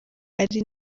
ari